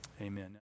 Amen